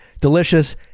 delicious